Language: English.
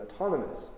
autonomous